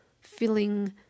feeling